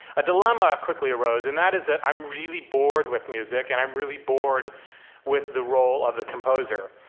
a dilemma quickly arose, and that is that i'm really bored with music, and i'm really bored with the role of the composer,